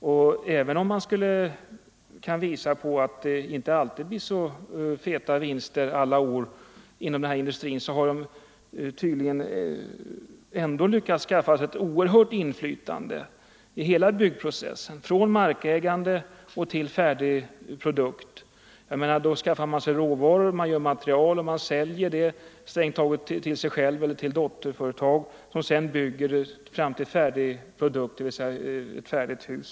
Och även om man kan visa på att det inte blir så feta vinster man når inom den här industrin, så har dessa företag tydligen ändå lyckats skaffa sig ett oerhört inflytande över hela byggprocessen, från markägande till färdig produkt. Man skaffar sig råvaror, man gör material och man säljer det strängt taget till sig själv eller till dotterföretag som sedan bygger fram till färdig produkt, dvs. ett färdigt hus.